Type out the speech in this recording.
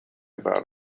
about